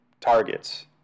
targets